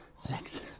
six